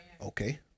okay